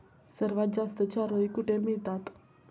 सर्वात जास्त चारोळी कुठे मिळतात?